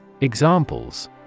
Examples